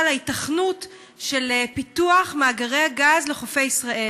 ההיתכנות של פיתוח מאגרי הגז לחופי ישראל.